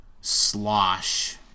slosh